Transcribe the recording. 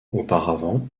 auparavant